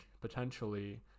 potentially